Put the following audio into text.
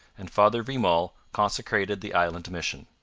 and father vimont consecrated the island mission.